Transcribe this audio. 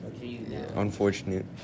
unfortunate